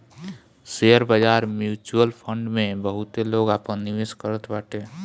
share बाजार, mutual fund में बहुते लोग आपन निवेश करत बाटे